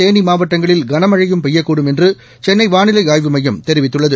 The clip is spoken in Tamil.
தேனிமாவட்டங்களில் கனமழையும் பெய்யக்கூடும் என்றுசென்னைவாளிலைஆய்வு மையம் தெரிவித்துள்ளது